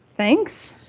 Thanks